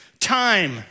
Time